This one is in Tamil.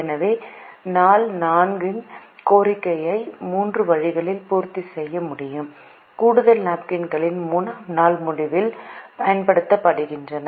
எனவே நாள் 4 இன் கோரிக்கையை 3 வழிகளில் பூர்த்தி செய்ய முடியும் கூடுதல் நாப்கின்கள் 3 ஆம் நாள் முடிவில் பயன்படுத்தப்படுகின்றன